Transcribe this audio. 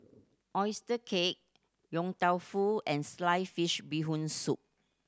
oyster cake Yong Tau Foo and sliced fish Bee Hoon Soup